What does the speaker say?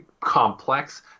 complex